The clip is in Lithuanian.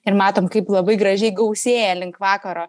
ir matom kaip labai gražiai gausėja link vakaro